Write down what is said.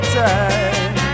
time